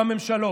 בממשלות,